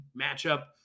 matchup